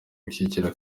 gushyigikira